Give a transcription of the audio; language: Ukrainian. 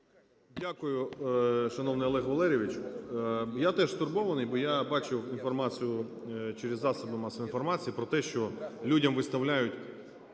Дякую, шановний Олег Валерійович. Я теж стурбований, бо я бачив інформацію через засоби масової інформації про те, що людям виставляють